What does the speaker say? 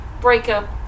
breakup